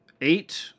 eight